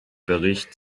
bericht